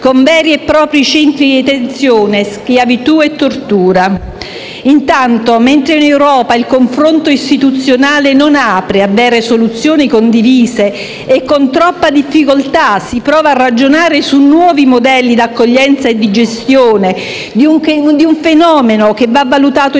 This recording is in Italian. con veri e propri centri di detenzione, schiavitù e tortura. Intanto, mentre in Europa il confronto istituzionale non apre a vere soluzioni condivise e con troppa difficoltà si prova a ragionare su nuovi modelli d'accoglienza e di gestione di un fenomeno che va valutato in